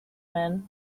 men